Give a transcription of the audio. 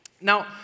Now